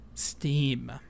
steam